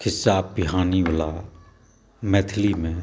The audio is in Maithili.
खीस्सा पीहानी वला मैथिलिमे